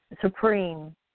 supreme